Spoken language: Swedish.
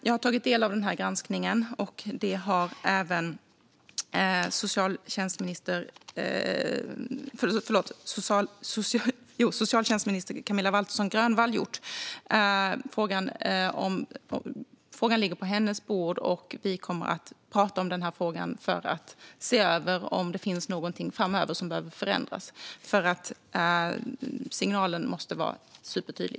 Jag har tagit del av denna granskning, och det har även socialtjänstminister Camilla Waltersson Grönvall gjort. Frågan ligger på hennes bord, och vi kommer att prata om denna fråga för att se över om det finns någonting som behöver förändras framöver. Signalen måste nämligen vara supertydlig.